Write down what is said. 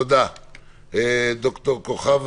ד"ר כוכב